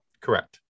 Correct